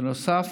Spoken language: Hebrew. בנוסף,